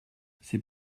c’est